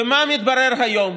ומה מתברר היום?